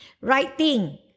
writing